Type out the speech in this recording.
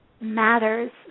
matters